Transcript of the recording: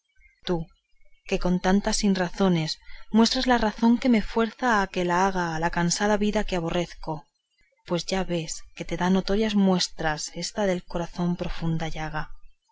tú que con tantas sinrazones muestras la razón que me fuerza a que la haga a la cansada vida que aborrezco pues ya ves que te da notorias muestras esta del corazón profunda llaga